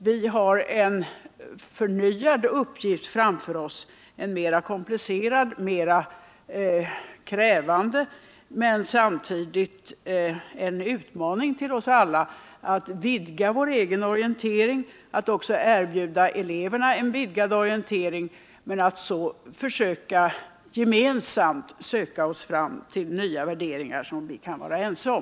Vi har en ny uppgift framför oss, en mera komplicerad och krävande sådan, som dock samtidigt är en utmaning till oss alla att vidga vår egen orientering och att också erbjuda eleverna en breddad orientering och att gemensamt söka oss fram till nya värderingar som vi kan vara ense om.